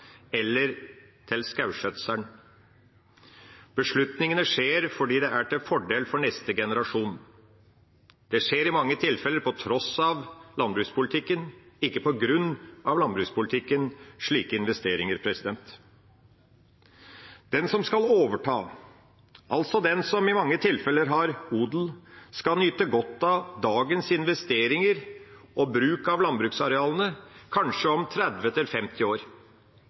eller til skogskjøtsel. Beslutningene skjer fordi det er til fordel for neste generasjon. Investeringer skjer i mange tilfeller på tross av landbrukspolitikken, ikke på grunn av landbrukspolitikken. Den som skal overta, altså den som i mange tilfeller har odel, skal nyte godt av dagens investeringer og bruk av landbruksarealene om kanskje 30–50 år.